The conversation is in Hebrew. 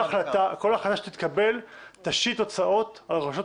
לכן כל החלטה שתתקבל תשית הוצאות על הרשויות